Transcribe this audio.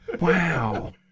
Wow